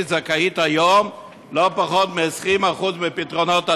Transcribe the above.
זכאית היום ללא פחות מ-20% מפתרונות הדיור.